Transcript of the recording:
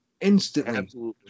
instantly